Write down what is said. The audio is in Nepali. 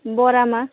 बोरामा